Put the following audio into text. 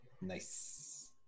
Nice